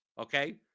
okay